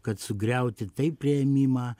kad sugriauti tai priėmimą